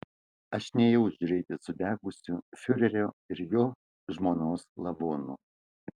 aš nėjau žiūrėti sudegusių fiurerio ir jo žmonos lavonų